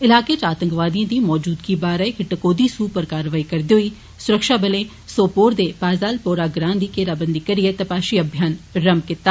इलाके च आतंकवादिए दी मौजूदगी बारै इक टकोहदी सूह उप्पर कारवाई करदे सुरक्षाबलें सौपोर दे पाज़ालपोरा ग्रां दी घेराबंदी करियै तपाशी अभियान रम्म कीता